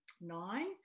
nine